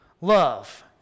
love